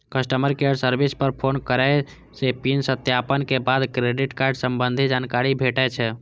customer care service पर phone करै सं पिन सत्यापन के बाद क्रेडिट कार्ड संबंधी जानकारी भेटै छै